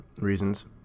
reasons